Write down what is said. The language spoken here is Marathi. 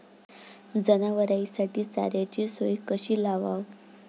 जनावराइसाठी चाऱ्याची सोय कशी लावाव?